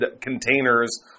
containers